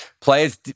players